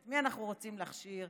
את מי אנחנו רוצים להכשיר,